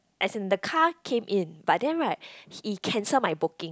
as in the car came in but then right he cancel my booking